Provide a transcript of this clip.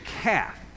calf